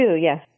yes